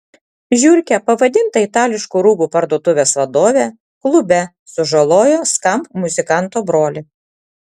žiurke pavadinta itališkų rūbų parduotuvės vadovė klube sužalojo skamp muzikanto brolį